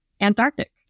Antarctic